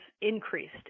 increased